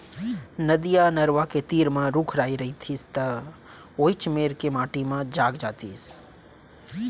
नदिया, नरूवा के तीर म रूख राई रइतिस त वोइच मेर के माटी म जाग जातिस